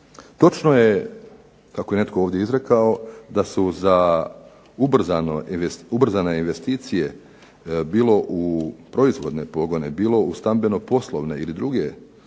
Točno je kako je netko ovdje izrekao da su za ubrzane investicije bilo u proizvodne pogone, bilo u stambeno-poslovne ili druge namjene